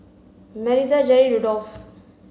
Maritza Jeri Rudolf